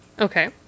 Okay